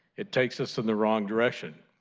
it takes us in the wrong direction,